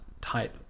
tight